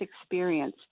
experience